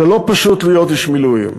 זה לא פשוט להיות איש מילואים.